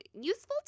useful